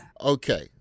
Okay